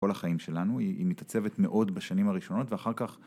כל החיים שלנו היא.. היא מתעצבת מאוד בשנים הראשונות ואחר כך